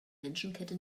menschenkette